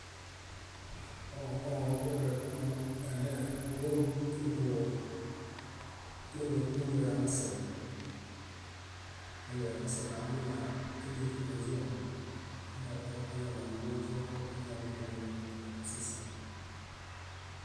Õõ, õõ tere mo- enee búloo nibuu nibu nubuyamasena, nubuyamasena aminaa éndepu nizũḃõ, ameña- ay- ay- áñaḃanuḃuzo mo oñaḃo móhulomi. Tomusisen.